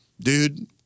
Dude